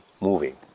moving